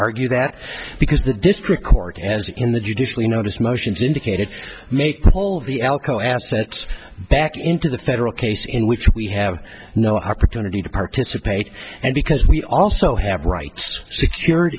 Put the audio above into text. argue that because the district court as in the judicially notice motions indicated make the whole of the alko assets back into the federal case in which we have no opportunity to participate and because we also have rights secur